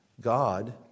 God